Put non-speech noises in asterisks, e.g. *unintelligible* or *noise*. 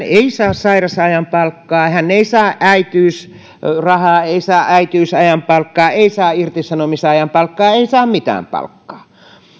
*unintelligible* ei saa sairausajan palkkaa hän ei saa äitiysrahaa ei saa äitiysajan palkkaa ei saa irtisanomisajan palkkaa ei saa mitään palkkaa